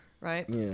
right